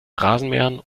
rasenmähern